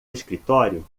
escritório